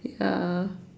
ya